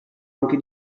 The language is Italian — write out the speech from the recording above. anche